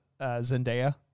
Zendaya